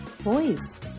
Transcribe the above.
Boys